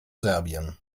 serbien